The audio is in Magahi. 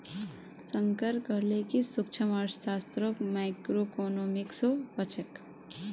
शंकर कहले कि सूक्ष्मअर्थशास्त्रक माइक्रोइकॉनॉमिक्सो कह छेक